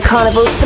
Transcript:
Carnival